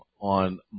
on